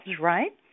right